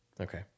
Okay